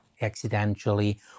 accidentally